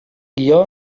guió